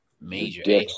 major